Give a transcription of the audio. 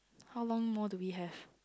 how long more do we have